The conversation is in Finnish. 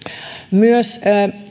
myös